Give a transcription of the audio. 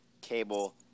Cable